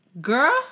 Girl